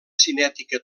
cinètica